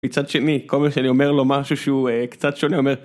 מצד שני כל מה שאני אומר לו משהו שהוא קצת שונה.